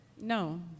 no